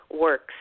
works